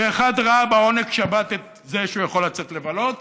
האחד ראה בעונג שבת את זה שהוא יכול לצאת לבלות,